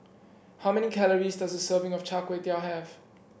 how many calories does a serving of Char Kway Teow have